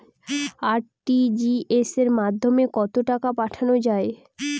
RTGS এর মাধ্যমে কত টাকা পাঠানো যায়?